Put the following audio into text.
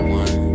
one